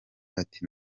ati